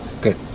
Good